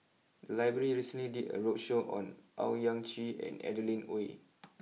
the library recently did a roadshow on Owyang Chi and Adeline Ooi